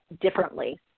differently